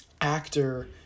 actor